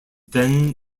then